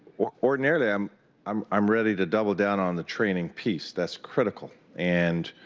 ordinarily, i am um um ready to double down on the training piece that is critical. and,